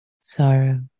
sorrow